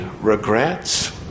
regrets